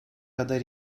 kadar